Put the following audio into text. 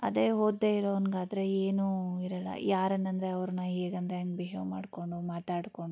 ಅದೇ ಓದ್ದೆ ಇರೋನಿಗಾದ್ರೆ ಏನೂ ಇರೋಲ್ಲ ಯಾರನ್ನಂದರೆ ಅವ್ರನ್ನ ಹೇಗಂದ್ರೆ ಹಂಗ್ ಬಿಹೇವ್ ಮಾಡಿಕೊಂಡು ಮಾತಾಡಿಕೊಂಡು